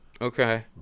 Okay